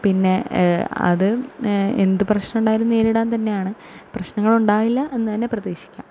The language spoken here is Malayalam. പിന്നെ അത് എന്ത് പ്രശ്നമുണ്ടായാലും നേരിടാൻ തന്നെയാണ് പ്രശ്നങ്ങൾ ഉണ്ടാവില്ല എന്ന് തന്നെ പ്രതീക്ഷിക്കാം